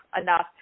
enough